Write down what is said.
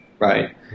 Right